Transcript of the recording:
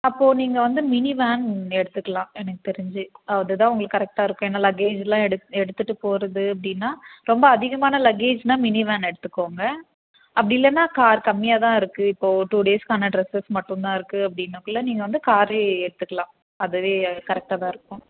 அப்போ நீங்கள் வந்து மினி வேன் எடுத்துக்கலாம் எனக்குத் தெரிஞ்சு அதுதான் உங்களுக்கு கரெக்ட்டாக இருக்கும் ஏன்னா லக்கேஜ்லாம் எடுத் எடுத்துகிட்டுப் போகிறது அப்படினா ரொம்ப அதிகமாக லக்கேஜ்ன்னா மினி வேன் எடுத்துக்கோங்க அப்படி இல்லைனா கார் கம்மியாகதான் இருக்கு இப்போ டூ டேஸ்க்கான ட்ரெஸ்ஸஸ் மட்டுந்தான் இருக்கு அப்டினக்குள்ளே நீங்கள் வந்து காரே எடுத்துக்கலாம் அதுவே கரெக்டாகதான் இருக்கும்